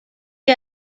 que